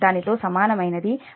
దానితో సమానమైనది వాస్తవానికి j0